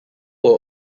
were